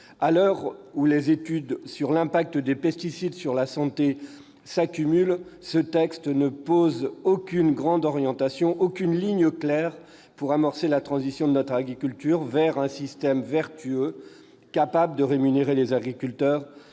s'effondre, où les études sur l'impact des pesticides sur la santé s'accumulent, ce texte ne trace aucune grande orientation, aucune ligne claire pour amorcer la transition de notre agriculture vers un système vertueux, propre à rémunérer les agriculteurs